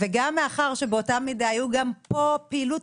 וגם מאחר שבאותה מידה היו גם פה פעילות